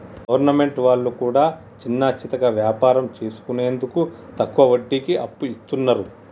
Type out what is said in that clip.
government వాళ్లు కూడా చిన్నాచితక వ్యాపారం చేసుకునేందుకు తక్కువ వడ్డీకి అప్పు ఇస్తున్నరు